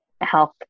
health